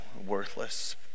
worthless